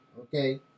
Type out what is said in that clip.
Okay